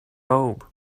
robe